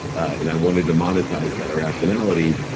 and i wanted to monetize that irrationality.